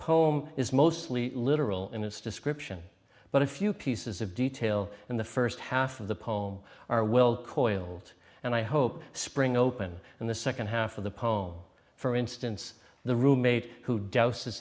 poem is mostly literal in its description but a few pieces of detail in the first half of the poem are will coiled and i hope spring open in the second half of the poem for instance the roommate who do